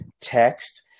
text